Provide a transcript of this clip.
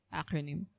acronym